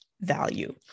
value